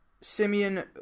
Simeon